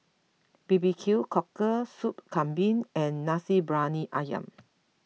B B Q cockle Sop Kambing and Nasi Briyani Ayam